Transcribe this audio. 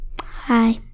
Hi